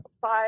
five